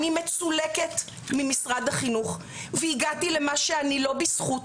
אני מצולקת ממשרד החינוך והגעתי למה שאני לא בזכות,